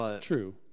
True